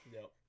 no